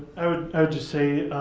i would just say